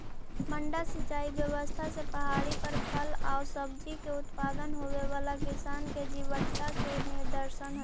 मड्डा सिंचाई व्यवस्था से पहाड़ी पर फल एआउ सब्जि के उत्पादन होवेला किसान के जीवटता के निदर्शन हइ